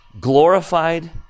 Glorified